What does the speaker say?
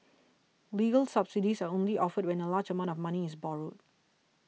legal subsidies are only offered when a large amount of money is borrowed